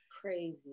Crazy